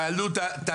תעלו את המספרים,